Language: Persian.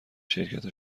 شرکت